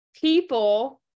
people